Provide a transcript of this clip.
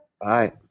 Bye